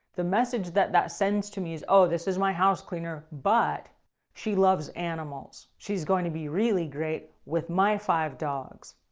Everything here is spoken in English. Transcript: the message that that sends to me is this is my house cleaner but she loves animals, she's going to be really great with my five dogs.